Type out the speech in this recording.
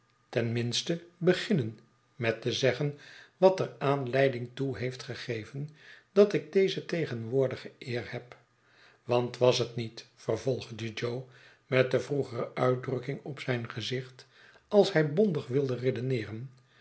ten minste beginnen met te zeggen wat er aanleiding toe heeft gegeven dat ik deze tegenwoordige eer heb want was het niet vervolgde jo met de vroegere uitdrukking op zijn gezicht als hij bondig wilde redeneeren